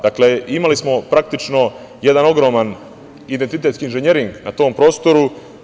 Dakle, imali smo praktično jedan ogroman identitetski inženjering na tom prostoru.